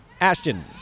Ashton